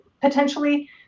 potentially